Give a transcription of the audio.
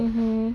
mmhmm